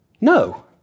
No